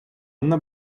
она